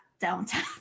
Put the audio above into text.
downtown